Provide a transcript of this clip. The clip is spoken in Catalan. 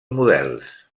models